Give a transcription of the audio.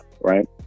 right